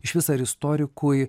išvis ar istorikui